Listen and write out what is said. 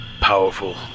powerful